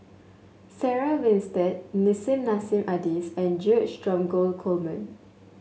Sarah Winstedt Nissim Nassim Adis and George Dromgold Coleman